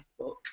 Facebook